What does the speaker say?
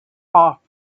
off